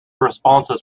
responses